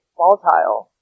volatile